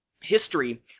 history